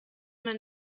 man